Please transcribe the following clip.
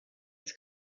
its